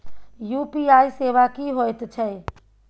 UPI सेवा की होयत छै?